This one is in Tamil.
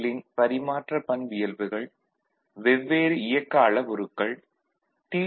-ன் பரிமாற்ற பண்பியல்புகள் வெவ்வேறு இயக்க அளவுருக்கள் டி